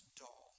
dull